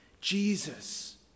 Jesus